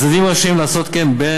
הצדדים רשאים לעשות כן,